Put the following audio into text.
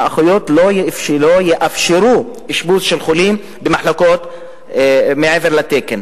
האחיות לא יאפשרו אשפוז של חולים במחלקות מעבר לתקן